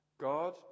God